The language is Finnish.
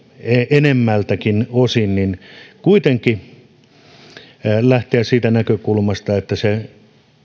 enemmältäkin osin kuitenkin lähteä siitä näkökulmasta että se